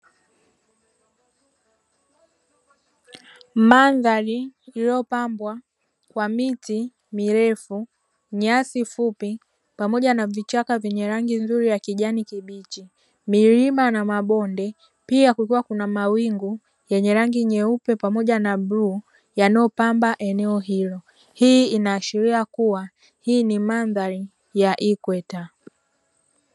Mandhari iliyopambwa kwa miti mirefu, nyasi fupi pamoja na vichaka vyenye rangi nzuri ya kijani kibichi, milima na mabonde, pia kukiwa kuna mawingu yenye rangi nyeupe pamoja na bluu yanyopamba eneo hilo. Hii inaashiria kuwa hii ni mandhari ya ikweta.